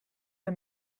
the